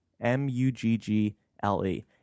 M-U-G-G-L-E